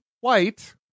white